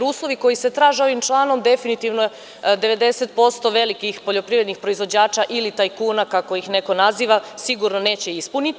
Uslovi koji se traže ovim članom definitivno 90% velikih poljoprivrednih proizvođača ili tajkuna, kako ih neko naziva, sigurno neće ispuniti.